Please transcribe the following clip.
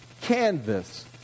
canvas